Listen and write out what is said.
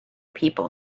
people